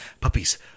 Puppies